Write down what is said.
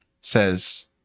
says